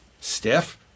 Stiff